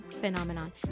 phenomenon